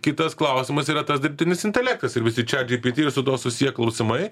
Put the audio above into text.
kitas klausimas yra tas dirbtinis intelektas ir visi čiat džypyty ir su tuo susiję klausimai